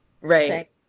Right